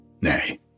Nay